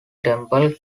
temple